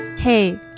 Hey